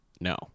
no